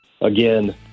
again